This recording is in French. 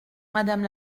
madame